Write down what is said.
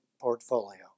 portfolio